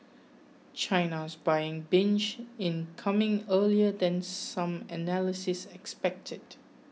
China's buying binge in coming earlier than some analysis expected